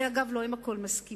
אני, אגב, לא עם הכול מסכימה,